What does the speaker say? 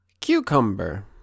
Cucumber